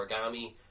origami